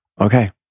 Okay